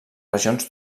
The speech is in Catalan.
regions